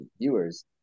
viewers